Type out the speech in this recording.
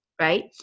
right